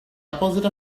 opposite